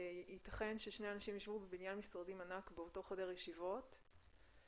ייתכן ששני אנשים ישבו בבניין משרדים ענק באותו חדר ישיבות -- נכון.